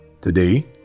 Today